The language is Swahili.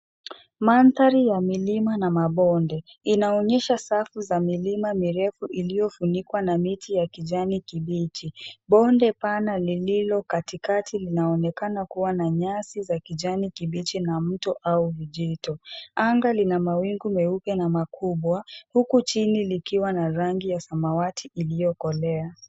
Mandhari ya milima na mabonde, inaonyesha safu za milima mirefu iliyofunikwa na miti ya kijani kibichi. Bonde pana lililo katikati linaonekana kuwa na nyasi za kijani kibichi na mto au vijito. Anga lina mawingu meupe na makubwa huku chini likiwa na rangi ya samawati iliyokolea.